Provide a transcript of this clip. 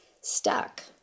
stuck